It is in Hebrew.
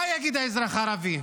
מה יגיד האזרח הערבי?